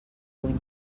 puny